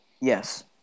Yes